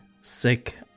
sick